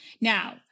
Now